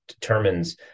determines